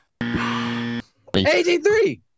AG3